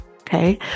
okay